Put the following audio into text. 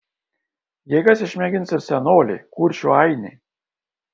jėgas išmėgins ir senoliai kuršių ainiai